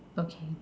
okay